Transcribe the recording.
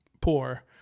poor